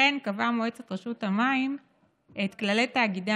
כן קבעה מועצת רשות המים את כללי תאגידי